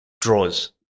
draws